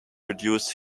reduce